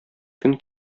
көн